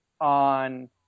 on